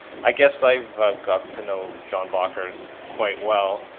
i guess i've got to know john bacher quite well,